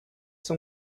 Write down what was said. son